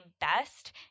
best